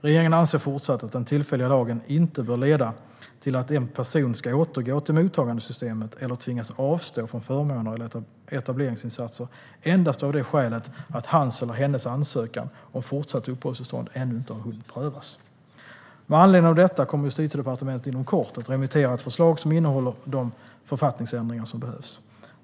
Regeringen anser fortsatt att den tillfälliga lagen inte bör leda till att en person ska återgå till mottagandesystemet eller tvingas avstå från förmåner eller etableringsinsatser endast av det skälet att hans eller hennes ansökan om fortsatt uppehållstillstånd ännu inte har hunnit prövas. Med anledning av detta kommer Justitiedepartementet inom kort att remittera ett förslag som innehåller de författningsändringar som behövs.